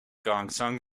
gongsun